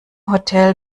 hotel